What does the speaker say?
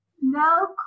no